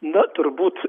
na turbūt